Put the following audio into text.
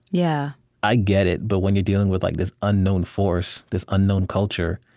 yeah i get it. but when you're dealing with like this unknown force, this unknown culture,